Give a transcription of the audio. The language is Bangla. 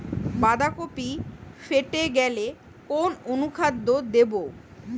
বাঁধাকপি ফেটে গেলে কোন অনুখাদ্য দেবো?